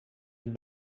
het